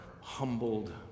humbled